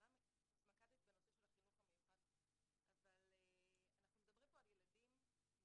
אמנם התמקדת בנושא של החינוך המיוחד אבל אנחנו מדברים פה על ילדים עם